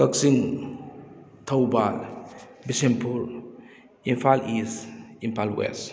ꯀꯛꯆꯤꯡ ꯊꯧꯕꯥꯜ Bishnupur Imphal east Imphal west